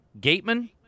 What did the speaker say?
Gateman